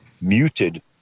muted